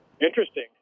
Interesting